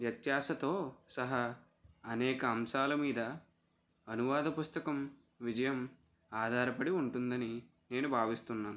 వ్యత్యాశతో సహా అనేక అంశాల మీద అనువాద పుస్తకం విజయం ఆధారపడి ఉంటుందని నేను భావిస్తున్నాను